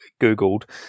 Googled